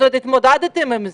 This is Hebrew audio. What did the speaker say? זאת אומרת, התמודדתם עם זה.